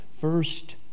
first